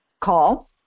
call